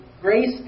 grace